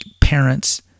parents